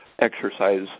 exercise